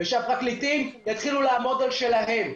ושהפרקליטים יתחילו לעמוד על שלהם.